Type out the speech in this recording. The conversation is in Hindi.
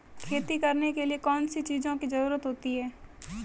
खेती करने के लिए कौनसी चीज़ों की ज़रूरत होती हैं?